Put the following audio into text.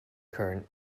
current